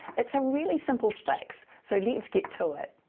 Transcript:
it's a really simple fix. so, let's get to it.